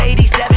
87